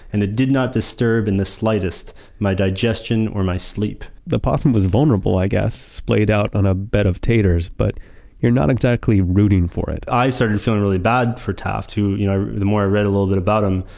and it did not disturb in the slightest my digestion or my sleep. the possum was vulnerable, i guess, splayed out on a bed of taters, but you're not exactly rooting for it i started feeling really bad for taft, who, you know the more i read but about him,